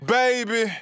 baby